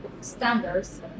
standards